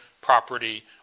property